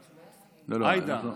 לא, לא.